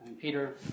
Peter